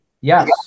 Yes